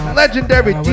legendary